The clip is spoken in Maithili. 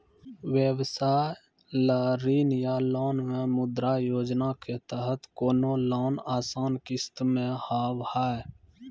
व्यवसाय ला ऋण या लोन मे मुद्रा योजना के तहत कोनो लोन आसान किस्त मे हाव हाय?